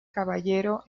caballero